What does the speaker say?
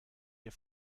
der